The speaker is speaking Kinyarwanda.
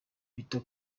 peter